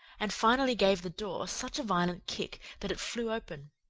and finally gave the door such a violent kick that it flew open.